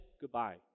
goodbye